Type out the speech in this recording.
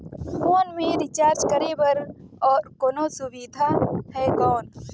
Phone मे recharge करे बर और कोनो सुविधा है कौन?